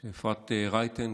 של אפרת רייטן,